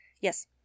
Yes